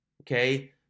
okay